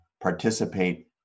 participate